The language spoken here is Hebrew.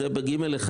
זה ב-(ג1).